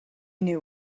knew